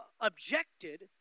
objected